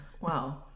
wow